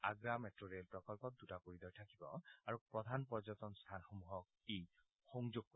Agra metro rail প্ৰকল্পত দুটা corridor থাকিব আৰু প্ৰধান পৰ্যটন স্থানসমূহক সংযোগ কৰিব